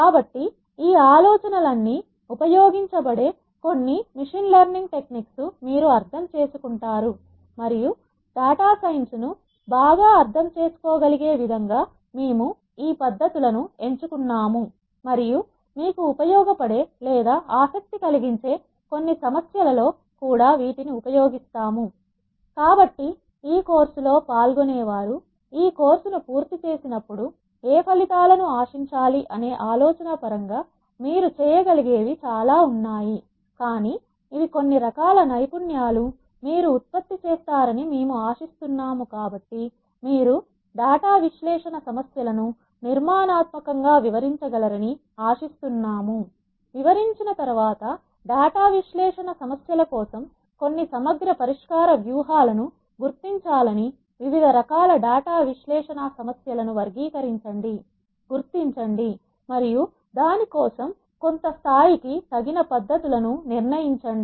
కాబట్టి ఈ ఆలోచనలన్నీ ఉపయోగించబడే కొన్ని మిషన్ లెర్నింగ్ టెక్నిక్స్ మీరు అర్థం చేసుకుంటారు మరియు డాటా సైన్సును బాగా అర్థం చేసుకోగలిగే విధంగా మేము ఈ పద్ధతులను ఎంచుకున్నాము మరియు మీకు ఉపయోగపడే లేదా ఆసక్తి కలిగించే కొన్ని సమస్యలలో కూడా వీటిని ఉపయోగిస్తాము కాబట్టి ఈ కోర్సులో పాల్గొనేవారు ఈ కోర్సును పూర్తి చేసినప్పుడు ఏ ఫలితాలను ఆశించాలి అనే ఆలోచన పరంగా మీరు చేయగలిగేవి చాలా ఉన్నాయి కానీ ఇవి కొన్ని రకాల నైపుణ్యాలు మీరు ఉత్పత్తి చేస్తారని మేము ఆశిస్తున్నాము కాబట్టి మీరు డేటా విశ్లేషణ సమస్యలను నిర్మాణాత్మకంగా వివరించగలరని ఆశిస్తున్నామువివరించిన తర్వాత డేటా విశ్లేషణ సమస్యల కోసం కొన్ని సమగ్ర పరిష్కార వ్యూహాలను గుర్తించాలని వివిధ రకాల డాటా విశ్లేషణ సమస్యలను వర్గీకరించండి గుర్తించండి మరియు దానికోసం కొంత స్థాయికి తగిన పద్ధతులను నిర్ణయించండి